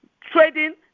trading